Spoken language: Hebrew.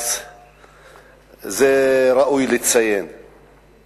אז ראוי לציין את זה.